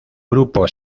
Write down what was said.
grupo